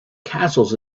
castles